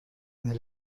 eine